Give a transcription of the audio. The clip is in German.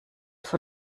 von